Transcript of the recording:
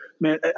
man